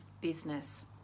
business